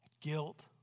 Guilt